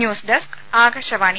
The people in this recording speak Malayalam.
news desk Akashvani